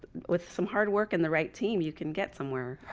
with some hard work and the right team, you can get somewhere.